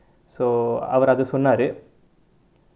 so அவர் அது சொன்னாரு:avar athu sonnaaru